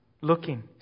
Looking